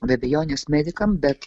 be abejonės medikam bet